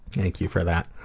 thank you for that.